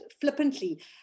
flippantly